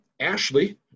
Ashley